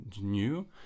new